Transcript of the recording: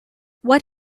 what